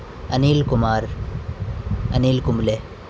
Anil Kumar Anil Kumble